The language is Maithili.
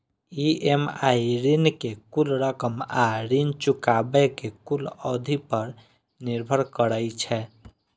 ई.एम.आई ऋण के कुल रकम आ ऋण चुकाबै के कुल अवधि पर निर्भर करै छै